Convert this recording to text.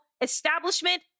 establishment